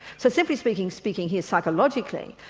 so simply speaking speaking here, psychologically,